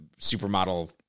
supermodel